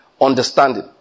Understanding